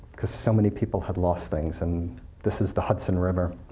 because so many people had lost things, and this is the hudson river.